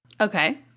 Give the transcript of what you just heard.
Okay